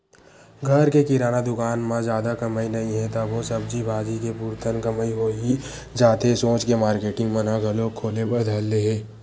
घर के किराना दुकान म जादा कमई नइ हे तभो सब्जी भाजी के पुरतन कमई होही जाथे सोच के मारकेटिंग मन घलोक खोले बर धर ले हे